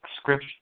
script